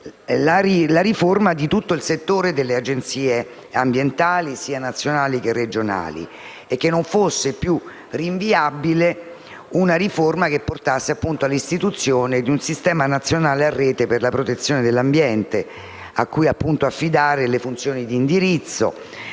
la riforma di tutto il settore delle Agenzie ambientali, sia nazionali che regionali, che non fosse più rinviabile una riforma che portasse all'istituzione di un Sistema nazionale a rete per la protezione dell'ambiente cui affidare le funzioni di indirizzo,